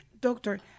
Doctor